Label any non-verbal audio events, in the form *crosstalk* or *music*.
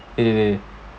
*noise*